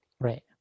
Right